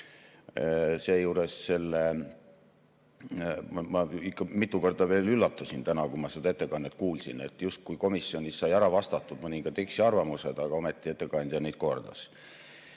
Seejuures ma ikka mitu korda veel üllatusin täna, kui ma seda ettekannet kuulasin, sest justkui komisjonis sai ära vastatud mõningatele eksiarvamustele, aga ometi ettekandja neid kordas.